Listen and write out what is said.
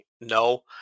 No